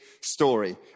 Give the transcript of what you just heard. story